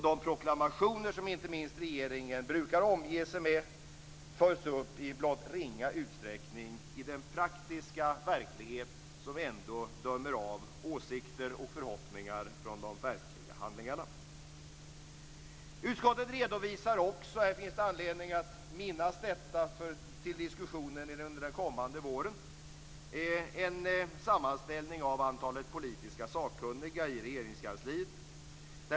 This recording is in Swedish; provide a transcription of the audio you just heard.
De proklamationer som inte minst regeringen brukar omge sig med följs upp i blott ringa utsträckning i den praktiska verklighet som ändå dömer av åsikter och förhoppningar från de verkliga handlingarna. Utskottet redovisar också - och det finns anledning att minnas detta till diskussionen under den kommande våren - en sammanställning av antalet politiska sakkunniga i Regeringskansliet.